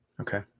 Okay